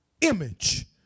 image